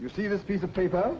you see this piece of paper